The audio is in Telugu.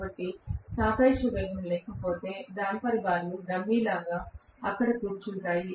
కాబట్టి సాపేక్ష వేగం లేకపోతే డేంపర్ బార్లు డమ్మీ లాగా అక్కడే కూర్చుంటాయి